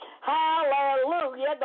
Hallelujah